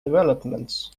developments